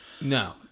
No